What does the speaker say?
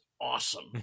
awesome